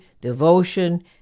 devotion